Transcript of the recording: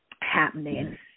happening